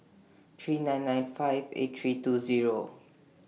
three nine nine five eight three two Zero